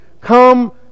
Come